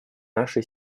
наши